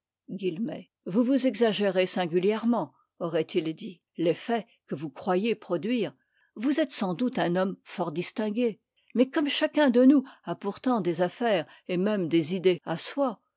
vous vous exagérez singulièrement aurait-il il dit t'eset que vous croyez produire vous êtes sans doute un homme fort distingué mais comme chacun de nous a pourtant des affaires et même des idées à soi